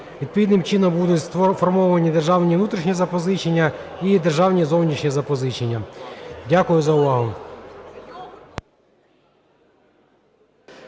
Відповідним чином буде сформовані державні внутрішні запозичення і державні зовнішні запозичення. Дякую за увагу.